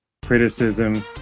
criticism